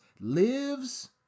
lives